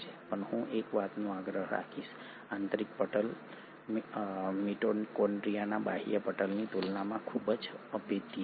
પણ હું એક વાતનો આગ્રહ રાખીશ આંતરિક પટલ મિટોકોન્ડ્રિયાના બાહ્ય પટલની તુલનામાં ખૂબ જ અભેદ્ય છે